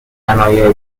صنایع